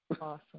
Awesome